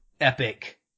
epic